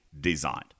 designed